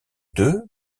deux